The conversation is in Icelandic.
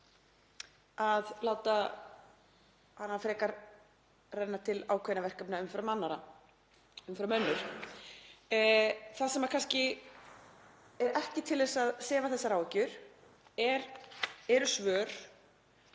að láta hana renna til ákveðinna verkefna umfram önnur. Það sem kannski er ekki til að sefa þessar áhyggjur eru svör